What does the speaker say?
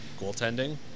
Goaltending